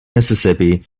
mississippi